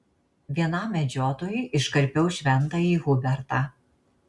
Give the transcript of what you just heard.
vienam medžiotojui iškarpiau šventąjį hubertą